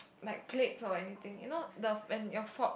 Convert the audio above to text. like plates or anything you know the and your fork